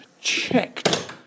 checked